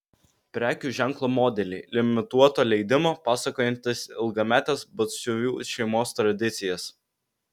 prekių ženklo modeliai limituoto leidimo pasakojantys ilgametes batsiuvių šeimos tradicijas